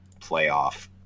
playoff